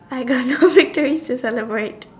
I got no victories to celebrate